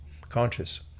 conscious